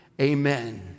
amen